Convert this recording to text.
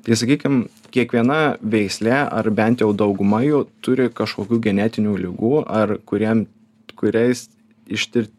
tai sakykim kiekviena veislė ar bent jau dauguma jų turi kažkokių genetinių ligų ar kuriem kuriais ištir